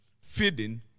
feeding